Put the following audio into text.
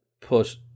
put